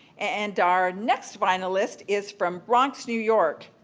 and our next finalist is from bronx, new york.